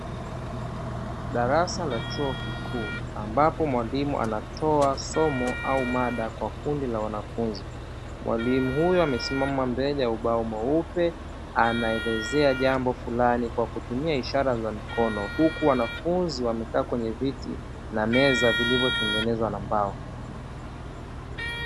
Darasa la chuo kikuu, ambapo mwalimu anatoa somo au mada kwa kundi la wanafunzi, mwalimu huyo amesimama mbele ya ubao mweupe, anaelezea jambo fulani kwa kutumia ishara za mikono, huku wanafunzi wamekaa kwenye viti na meza vilivyotengenezwa na mbao.